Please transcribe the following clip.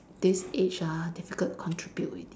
this age ah difficult to contribute already